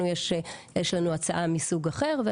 לנו יש הצעה מסוג אחר,